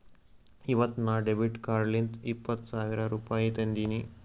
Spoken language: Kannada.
ಇವತ್ ನಾ ಡೆಬಿಟ್ ಕಾರ್ಡ್ಲಿಂತ್ ಇಪ್ಪತ್ ಸಾವಿರ ರುಪಾಯಿ ತಂದಿನಿ